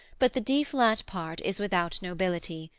but the d flat part is without nobility.